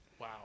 Wow